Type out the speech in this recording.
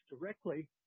directly